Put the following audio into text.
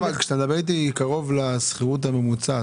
כשאתה מדבר איתי על קרוב לשכירות הממוצעת,